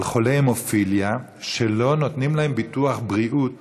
חולי המופיליה שלא נותנים להם ביטוח בריאות